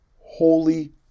holy